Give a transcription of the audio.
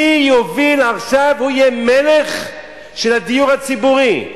מי שיוביל עכשיו, הוא יהיה מלך של הדיור הציבורי.